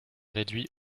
réduit